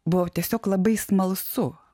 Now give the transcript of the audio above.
buvo tiesiog labai smalsu